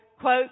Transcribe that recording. quote